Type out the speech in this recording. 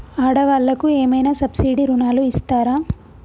ఆడ వాళ్ళకు ఏమైనా సబ్సిడీ రుణాలు ఇస్తారా?